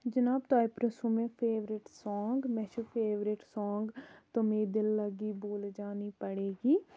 جِناب تۄہہِ پرٕژھوٗ مےٚ فیورِٹ سانٛگ مےٚ چھُ فیورِٹ سانٛگ تمہے دِل لگی بھول جانی پڑے گی